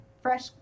Fresh